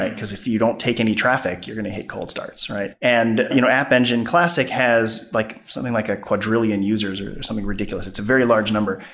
because if you don't take any traffic, you're going to hit cold starts. and you know appengine classic has like something like a quadrillion users or something ridiculous. it's a very large number,